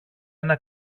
ένα